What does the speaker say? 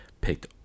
picked